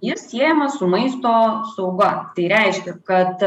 jis siejamas su maisto sauga tai reiškia kad